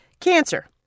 Cancer